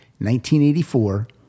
1984